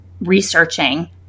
researching